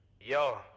Yo